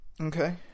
Okay